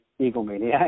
egomaniac